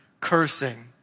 cursing